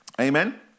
Amen